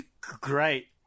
great